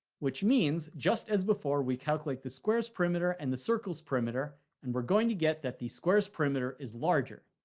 which means just as before we calculate the squares perimeter and the circle's perimeter and we're going to get that the square's perimeter is larger.